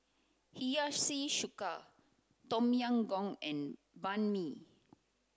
Hiyashi Chuka Tom Yam Goong and Banh Mi